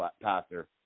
passer